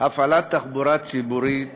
הפעלת תחבורה ציבורית